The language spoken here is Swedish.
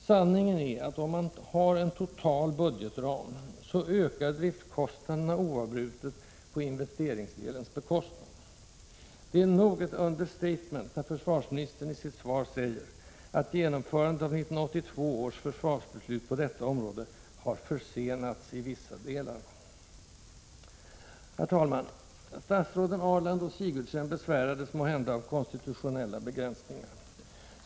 Sanningen är att om man har en total budgetram, så ökar driftskostnaderna oavbrutet på investeringsdelens bekostnad. Det är nog ett understatement när försvarsministern i sitt svar säger att genomförandet av 1982 års försvarsbeslut på detta område ”har försenats i vissa delar”. Herr talman! Statsråden Ahrland och Sigurdsen besvärades måhända av konstitutionella begränsningar.